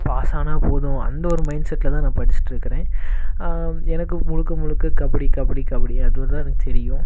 pass ஆனால் போதும் அந்த ஒரு மைண்ட் செட்டில் தான் நான் படிச்சிகிட்டு இருக்கிறேன் ஆனால் எனக்கு முழுக்க முழுக்க கபடி கபடி கபடி அது அது தான் எனக்கு தெரியும்